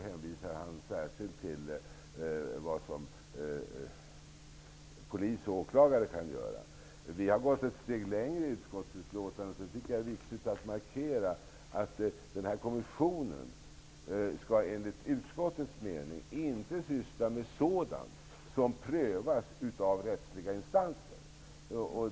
Han hänvisar särskilt till vad polis och åklagare kan göra. Vi har gått ett steg längre i utskottet. Det är viktigt att markera att kommissionen inte skall syssla med sådant som prövas av rättsliga instanser.